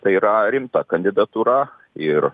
tai yra rimta kandidatūra ir